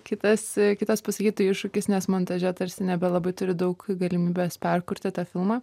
kitas kitas pasakytų iššūkis nes montaže tarsi nebelabai turi daug galimybės perkurti tą filmą